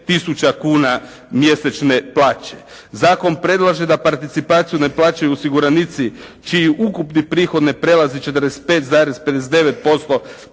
tisuća kuna mjesečne plaće. Zakon predlaže da participaciju ne plaćaju osiguranici čiji ukupni prihod ne prelazi 45,59%